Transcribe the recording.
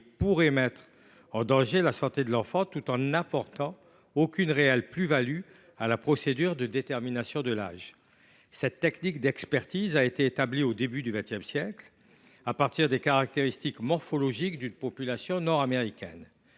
pourrait mettre en danger la santé de l’enfant, tout en n’apportant aucune réelle plus value à la procédure de détermination de l’âge. Cette technique d’expertise a été établie au début du XX siècle à partir des caractéristiques morphologiques d’une population nord américaine.